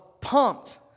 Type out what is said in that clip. pumped